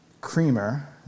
creamer